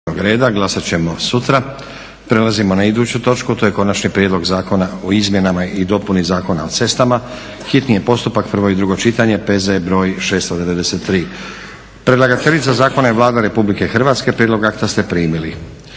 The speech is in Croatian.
Nenad (SDP)** Prelazimo na iduću točku. To je Konačni prijedlog zakona o izmjenama i dopuni Zakona o cestama, hitni postupak, prvo i drugo čitanje, P.Z.br. 693; Predlagateljica zakona je Vlada Republike Hrvatske. Prijedlog akta ste primili.